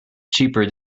cheaper